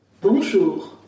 Bonjour